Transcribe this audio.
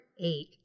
eight